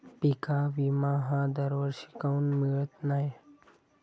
पिका विमा हा दरवर्षी काऊन मिळत न्हाई?